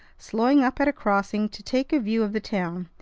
slowing up at a crossing to take a view of the town,